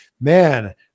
man